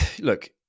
look